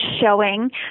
showing